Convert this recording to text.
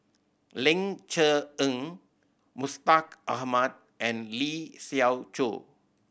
Ling Cher Eng Mustaq Ahmad and Lee Siew Choh